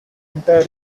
entire